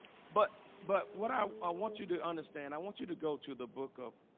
but but what i i want you to understand i want you to go to the book of